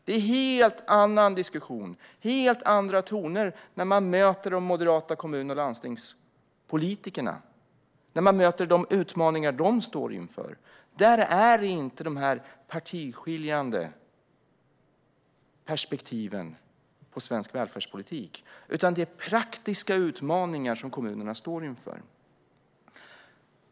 Det är en helt annan diskussion och helt andra tongångar när man möter de moderata kommun och landstingspolitikerna med de utmaningar som de står inför. Där finns inte de partiskiljande perspektiven på svensk välfärdspolitik - det är praktiska utmaningar som kommunerna står inför.